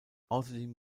außerdem